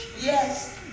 Yes